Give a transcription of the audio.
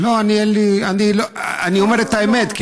אני אומר את האמת.